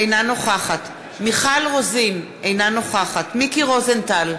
אינה נוכחת מיכל רוזין, אינה נוכחת מיקי רוזנטל,